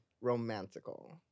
Romantical